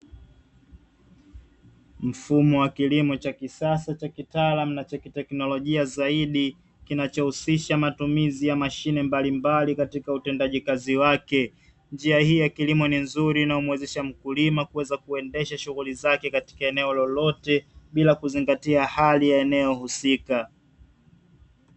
Mfumo wa kilimo cha kisasa, cha kitaalamu na cha kiteknolojia zaidi kinachohusisha matumizi ya mashine mbalimbali katika utendaji kazi wake, njia hii ya kilimo ni nzuri inayomuwezesha mkulima kuweza kuendesha shughuli zake katika eneo lolote bila kuzingatia hali ya eneo husika.